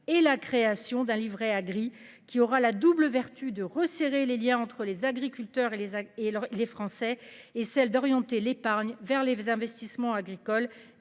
et la création d'un livret A gris qui aura la double vertu de resserrer les Liens entre les agriculteurs et les actes et les Français et celle d'orienter l'épargne vers les investissements agricoles